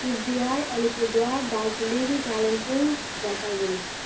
Cooch Behar Alipurduar Darjeeling Kalimpong Jalpaiguri